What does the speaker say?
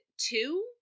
two